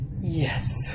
Yes